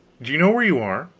do you know where you are?